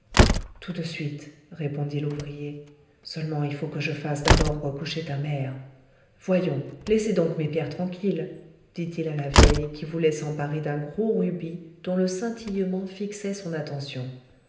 tout de suite répondit l'ouvrier seulement il faut que je fasse d'abord recoucher ta mère voyons laissez donc mes pierres tranquilles dit-il à la vieille qui voulait s'emparer d'un gros rubis dont le scintillement fixait son attention